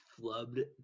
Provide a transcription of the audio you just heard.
flubbed